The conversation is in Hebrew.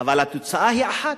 אבל התוצאה היא אחת,